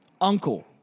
uncle